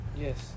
Yes